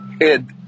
head